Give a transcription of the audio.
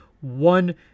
one